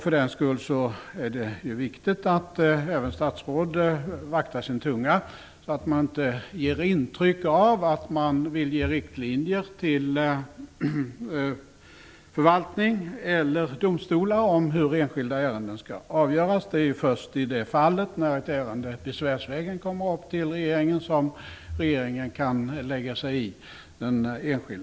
För den skull är det viktigt att även statsråd vaktar sina tungor så att de inte ger intryck av att de vill ge riktlinjer till förvaltning eller domstolar om hur enskilda ärenden skall avgöras. Det är först när ett ärende besvärsvägen kommer till regeringen som regeringen kan lägga sig i.